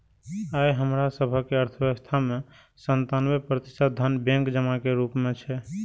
आइ हमरा सभक अर्थव्यवस्था मे सत्तानबे प्रतिशत धन बैंक जमा के रूप मे छै